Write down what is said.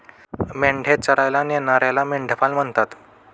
मेंढ्या चरायला नेणाऱ्याला मेंढपाळ म्हणतात